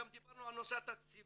גם דיברנו על נושא התקציבים